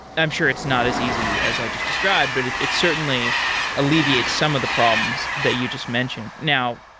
i'm sure it's not as easy as i just described, but it's it's certainly alleviate some of the problems that you just mentioned. now,